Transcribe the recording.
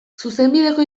zuzenbideko